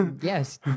Yes